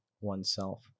oneself